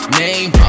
name